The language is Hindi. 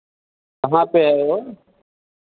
कहाँ पर है वह